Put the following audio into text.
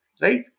right